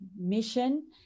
mission